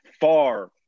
far